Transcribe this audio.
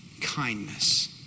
kindness